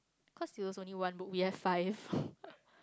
cause it was only one book we have five